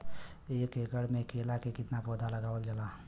एक एकड़ में केला के कितना पौधा लगावल जाला?